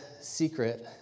secret